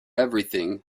everything